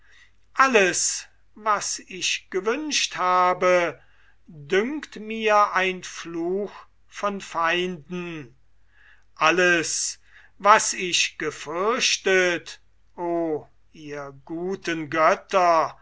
alles was ich gewünscht habe dünkt mir ein fluch von feinden alles was ich gefürchtet o ihr guten götter